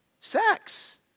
Sex